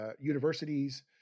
universities